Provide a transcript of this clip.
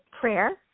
prayer